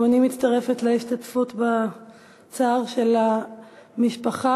גם אני מצטרפת להשתתפות בצער של המשפחה,